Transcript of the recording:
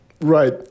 Right